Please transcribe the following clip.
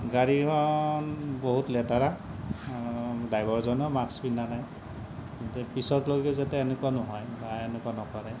গাড়ীখন বহুত লেতেৰা ড্ৰাইভৰজনেও মাক্স পিন্ধা নাই পিছলৈকে যাতে এনেকুৱা নহয় বা এনেকুৱা নকৰে